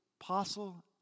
apostle